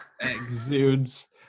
Exudes